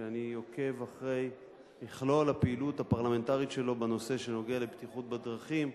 שאני עוקב אחר מכלול הפעילות הפרלמנטרית שלו בנושא הבטיחות בדרכים,